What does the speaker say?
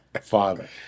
father